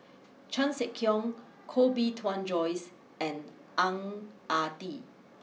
Chan Sek Keong Koh Bee Tuan Joyce and Ang Ah Tee